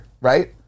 right